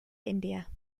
india